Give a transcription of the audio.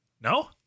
no